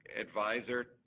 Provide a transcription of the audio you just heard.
advisor